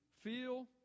feel